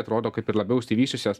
atrodo kaip ir labiau išsivysčiusias